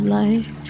life